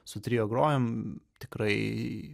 su trio grojam tikrai